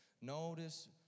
Notice